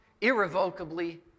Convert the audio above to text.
irrevocably